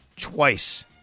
twice